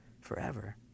forever